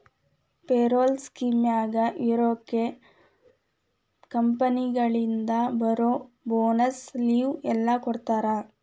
payroll ಸ್ಕೇಮ್ನ್ಯಾಗ ಇರೋರ್ಗೆ ಕಂಪನಿಯಿಂದ ಬರೋ ಬೋನಸ್ಸು ಲಿವ್ವು ಎಲ್ಲಾ ಕೊಡ್ತಾರಾ